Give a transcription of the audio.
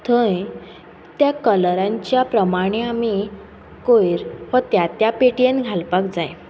थंय त्या कलरांच्या प्रमाणे आमी कोयर हो त्या त्या पेटयेन घालपाक जाय